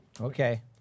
Okay